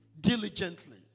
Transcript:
diligently